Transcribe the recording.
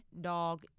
dog